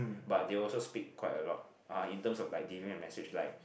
but they also speak quite a lot ah in terms of like delivering a message like